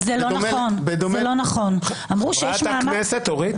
אכן דור שלם של שופטי בית המשפט עשו בדיוק מה שברק אמר להם.